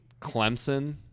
Clemson